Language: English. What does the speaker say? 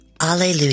Alleluia